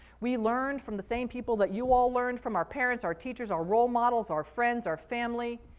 we learned from the same people that you all learned from, our parents, our teachers, our role models, our friends, our family,